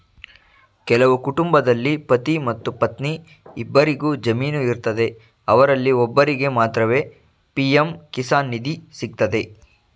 ಕೆಲವು ಕುಟುಂಬದಲ್ಲಿ ಪತಿ ಮತ್ತು ಪತ್ನಿ ಇಬ್ಬರಿಗು ಜಮೀನು ಇರ್ತದೆ ಅವರಲ್ಲಿ ಒಬ್ಬರಿಗೆ ಮಾತ್ರವೇ ಪಿ.ಎಂ ಕಿಸಾನ್ ನಿಧಿ ಸಿಗ್ತದೆ